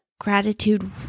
gratitude